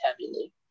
heavily